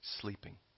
sleeping